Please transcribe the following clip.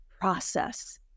process